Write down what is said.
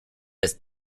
ist